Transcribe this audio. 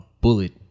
bullet